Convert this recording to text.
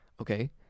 okay